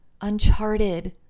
uncharted